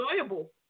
enjoyable